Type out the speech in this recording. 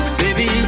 baby